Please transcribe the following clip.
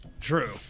True